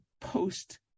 post